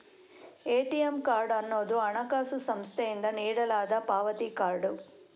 ATM card ಅನ್ನುದು ಹಣಕಾಸು ಸಂಸ್ಥೆಯಿಂದ ನೀಡಲಾದ ಪಾವತಿ ಕಾರ್ಡ್